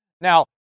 Now